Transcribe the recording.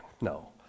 no